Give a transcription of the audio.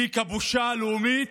תיק הבושה הלאומית,